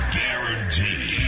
guaranteed